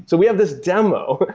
so we have this demo,